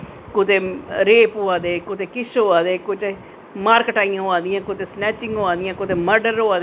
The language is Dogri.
कुते रेप होआ दे कुते कुश होआ दे कुते मार कटाईयां होआ दियां कुतै सनैचिंग होआ दियां कुदै मर्डर होआ दे